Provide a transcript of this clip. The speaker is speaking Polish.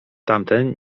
tamten